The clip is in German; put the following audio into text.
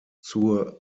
zur